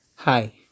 hi